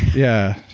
yeah.